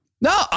no